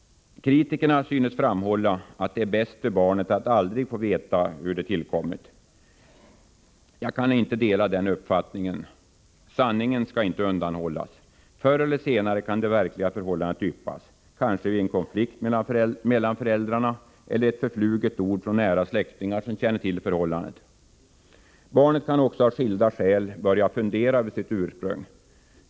Kritikerna synes anse att det är bäst för barnet att aldrig få veta hur det tillkommit. Jag kan inte dela den uppfattningen. Sanningen skall inte undanhållas. Förr eller senare kan det verkliga förhållandet yppas, kanske vid en konflikt mellan föräldrarna eller genom ett förfluget ord från en nära släkting som känner till förhållandet. Barnet kan också av skilda skäl börja fundera över sitt ursprung.